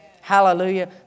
Hallelujah